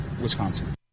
Wisconsin